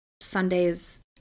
sunday's